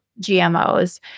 GMOs